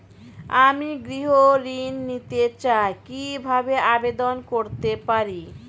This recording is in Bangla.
আমি গৃহ ঋণ নিতে চাই কিভাবে আবেদন করতে পারি?